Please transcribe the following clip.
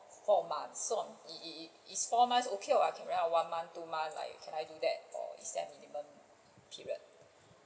four months so is is four months okay or can I rent out one month two month like can I do that or is there a minimum period